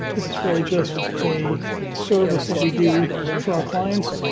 this is really just a service that we do for our clients,